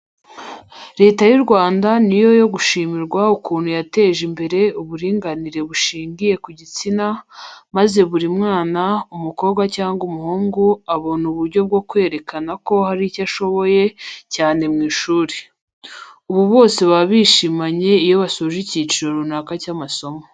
Leta y'u Rwanda ni iyo gushimirwa ukuntu yateje imbere uburinganire bushingiye ku gitsina, maze buri mwana, umukobwa cyangwa umuhungu abona uburyo bwo kwerekana ko hari icyo ashoboye cyane mu ishuri. Ubu bose baba bishimanye iyo basoje icyiciro runaka cy'amasomo.